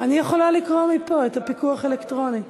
מפה את הפיקוח האלקטרוני.